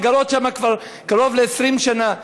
שגרות שם כבר קרוב 20 שנה.